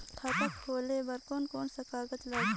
खाता खुले बार कोन कोन सा कागज़ लगही?